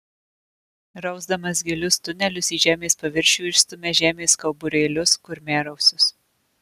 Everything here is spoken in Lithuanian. rausdamas gilius tunelius į žemės paviršių išstumia žemės kauburėlius kurmiarausius